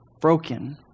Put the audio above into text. broken